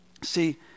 See